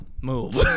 move